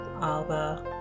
Alba